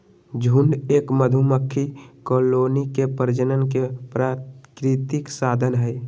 झुंड एक मधुमक्खी कॉलोनी के प्रजनन के प्राकृतिक साधन हई